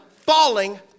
falling